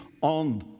on